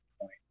point